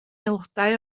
aelodau